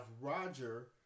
Roger